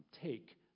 take